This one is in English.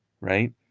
right